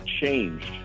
changed